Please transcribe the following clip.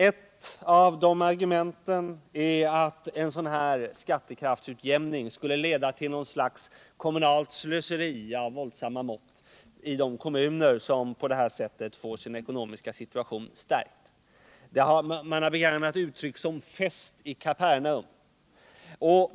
Ett av dem är att en sådan här skattekraftsutjämning skulle leda till något slags kommunalt slöseri av våldsamma mått i de kommuner som på detta sätt får sin ekonomi stärkt. Man har begagnat uttryck som ”fest i Kapernaum”.